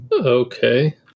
Okay